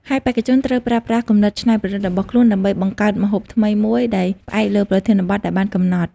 ហើយបេក្ខជនត្រូវប្រើប្រាស់គំនិតច្នៃប្រឌិតរបស់ខ្លួនដើម្បីបង្កើតម្ហូបថ្មីមួយដោយផ្អែកលើប្រធានបទដែលបានកំណត់។